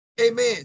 amen